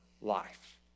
life